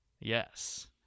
Yes